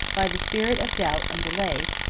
by the spirit of doubt and delay,